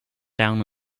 down